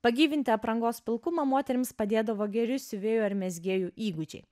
pagyvinti aprangos pilkumą moterims padėdavo geri siuvėjų ar mezgėjų įgūdžiai